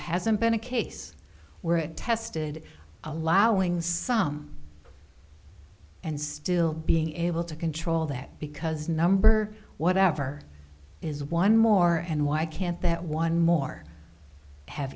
hasn't been a case where it tested allowing some and still being able to control that because number whatever is one more and why can't that one more have